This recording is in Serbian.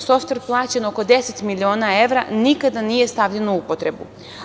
Softver plaćen oko 10 miliona evra nikada nije stavljen u upotrebu.